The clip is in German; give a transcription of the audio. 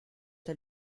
der